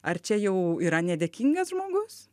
ar čia jau yra nedėkingas žmogus